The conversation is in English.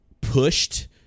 pushed